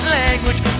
language